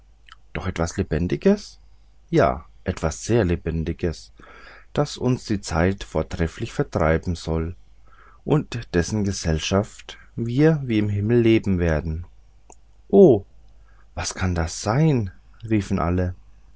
doch etwas lebendiges ja etwas sehr lebendiges das uns die zeit vortrefflich vertreiben soll und in dessen gesellschaft wir wie im himmel leben werden o was kann das sein riefen alle